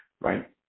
right